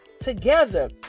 together